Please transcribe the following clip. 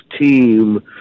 team